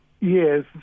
yes